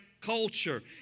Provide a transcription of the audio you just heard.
culture